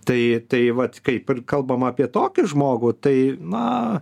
tai tai vat kaip ir kalbama apie tokį žmogų tai na